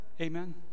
amen